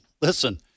listen